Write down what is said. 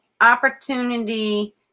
opportunity